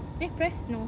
eh pressed no